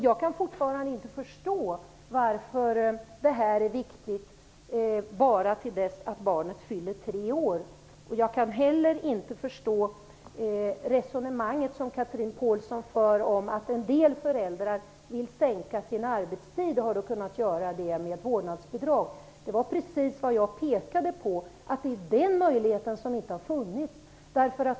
Jag kan fortfarande inte förstå varför detta är viktigt bara fram till dess att barnet fyller tre år. Jag kan heller inte förstå det resonemang som Chatrine Pålsson för om att en del föräldrar vill sänka sin arbetstid och har kunnat göra det med ett vårdnadsbidrag. Jag pekade precis på att den möjligheten inte har funnits.